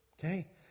Okay